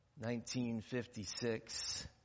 1956